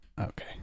Okay